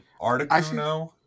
Articuno